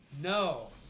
No